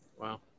Wow